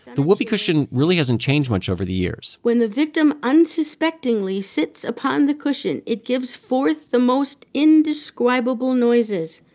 the whoopee cushion really hasn't changed much over the years when the victim unsuspectingly sits upon the cushion, it gives forth the most indescribable noises,